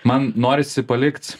man norisi palikt